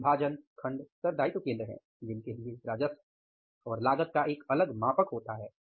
तो विभाजन खंड उत्तरदायित्व केंद्र हैं जिनके लिए राजस्व और लागत का एक अलग मापक होता है